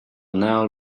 now